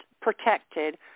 protected